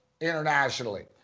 internationally